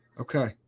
Okay